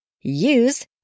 use